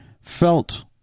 felt